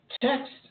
Text